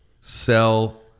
sell